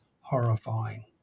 horrifying